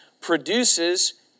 produces